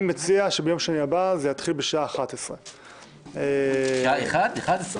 אני מציע שביום שני הבא המליאה תתחיל בשעה 11. בסדר,